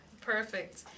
perfect